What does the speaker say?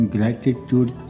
Gratitude